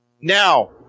Now